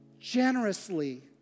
generously